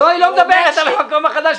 היא לא מדברת על המקום החדש,